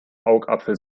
augapfel